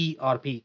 ERP